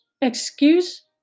Excuse